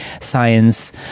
science